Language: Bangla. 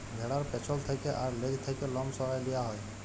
ভ্যাড়ার পেছল থ্যাকে আর লেজ থ্যাকে লম সরাঁয় লিয়া হ্যয়